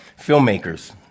filmmakers